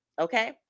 Okay